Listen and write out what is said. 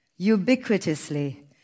ubiquitously